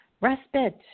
respite